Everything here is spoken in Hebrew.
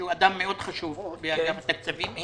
שהוא אדם מאוד חשוב באגף התקציבים,